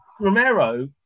Romero